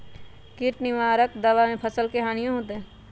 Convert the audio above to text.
किट निवारक दावा से फसल के हानियों होतै?